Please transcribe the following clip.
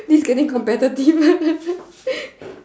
this is getting competitive